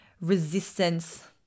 resistance